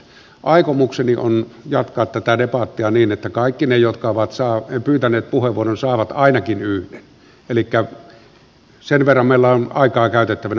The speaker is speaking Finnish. aikomukseni on jatkaa tätä debattia niin että kaikki ne jotka ovat pyytäneet puheenvuoron saavat ainakin yhden elikkä sen verran meillä on aikaa käytettävänä